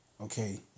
Okay